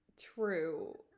true